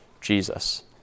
Jesus